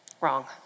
Wrong